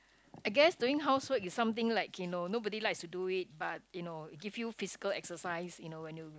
I guess doing house work is something like you know nobody likes to do it but you know it give you physical exercise you know when you